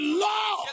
law